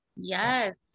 Yes